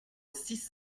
six